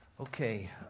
okay